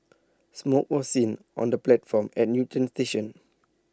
smoke was seen on the platform at Newton station